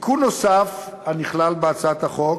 תיקון נוסף הנכלל בהצעת החוק